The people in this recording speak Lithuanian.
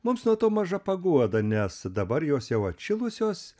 mums nuo to maža paguoda nes dabar jos jau atšilusios